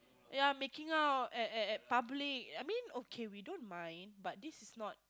ya making out at at at public I mean okay we don't mind but this one